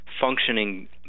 functioning